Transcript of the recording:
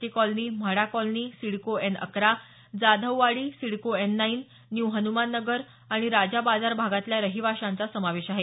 T colony MHADA colony CIDCO N अकरा Jadhavwadi CIDCO N nine new Hanumannagar आणि राजा बाजार भागातल्या रहिवाशांचा समावेश आहे